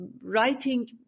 writing